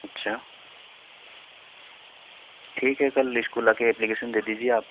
अच्छा ठीक है कल इस्कूल आ कर अप्लीकेशन दे दीजिए आप